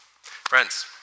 Friends